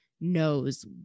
knows